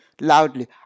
loudly